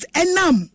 enam